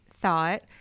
thought